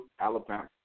Alabama